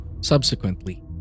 Subsequently